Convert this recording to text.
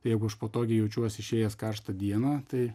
jeigu aš patogiai jaučiuosi išėjęs karštą dieną tai